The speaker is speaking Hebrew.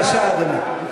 בבקשה, אדוני.